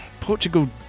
Portugal